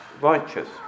righteous